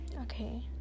okay